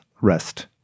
rest